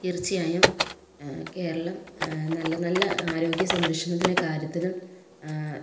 തീർച്ചയായും കേരളം നല്ല നല്ല ആരോഗ്യ സംരക്ഷണത്തിൻ്റെ കാര്യത്തിലും